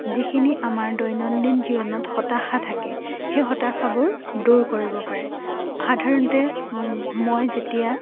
যিখিনি আমাৰ দৈনন্দিন জীৱনত হতাশা থাকে সেই হতাশাবোৰ দূৰ কৰিব পাৰে সাধাৰণতে মই যেতিয়া